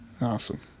Awesome